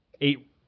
eight